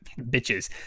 bitches